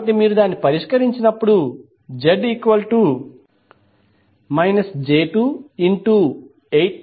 కాబట్టి మీరు దాన్ని పరిష్కరించినప్పుడు Z j28j10 j28j100